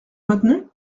maintenu